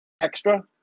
extra